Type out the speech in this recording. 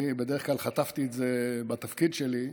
אני בדרך כלל חטפתי את זה בתפקיד שלי,